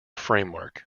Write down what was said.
framework